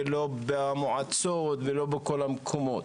ולא במועצות ולא בכל המקומות,